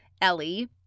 Ellie